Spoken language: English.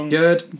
good